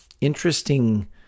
interesting